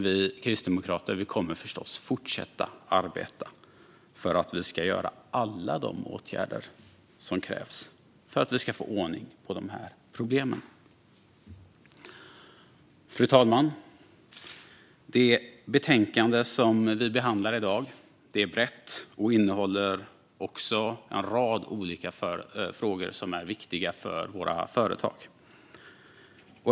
Vi kristdemokrater kommer dock förstås att fortsätta arbeta för att vi ska göra alla de åtgärder som krävs för att få ordning på de här problemen. Fru talman! Det betänkande som vi behandlar i dag är brett och innehåller en rad olika frågor som är viktiga för våra företag.